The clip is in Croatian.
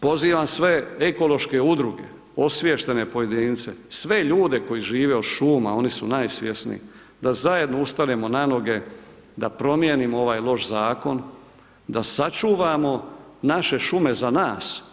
Pozivam sve ekološke udruge, osviještene pojedince, sve ljude koji žive od šuma, oni su najsvjesniji, da zajedno ustanimo na noge, da promijenimo ovaj loš zakon, da sačuvamo naše šume za nas.